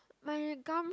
my gum